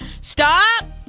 stop